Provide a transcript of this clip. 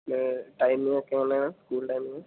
ടൈമിങ്ങൊക്കെ എങ്ങനെയാണ് school timing